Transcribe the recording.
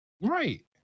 right